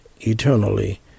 eternally